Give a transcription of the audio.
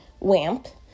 Wamp